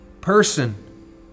person